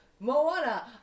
Moana